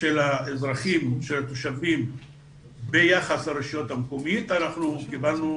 של התושבים ביחס לרשות המקומית, אנחנו קיבלנו